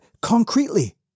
concretely